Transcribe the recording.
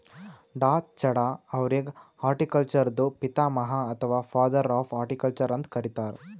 ಡಾ.ಚಢಾ ಅವ್ರಿಗ್ ಹಾರ್ಟಿಕಲ್ಚರ್ದು ಪಿತಾಮಹ ಅಥವಾ ಫಾದರ್ ಆಫ್ ಹಾರ್ಟಿಕಲ್ಚರ್ ಅಂತ್ ಕರಿತಾರ್